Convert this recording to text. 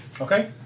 Okay